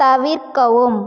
தவிர்க்கவும்